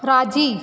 राज़ी